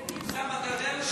אוסאמה, אתה יודע לשיר?